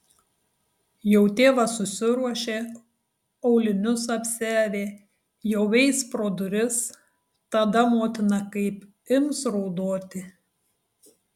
jau tėvas susiruošė aulinius apsiavė jau eis pro duris tada motina kaip ims raudoti